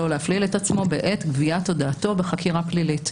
להפליל את עצמו בעת גביית הודעתו בחקירה פלילית.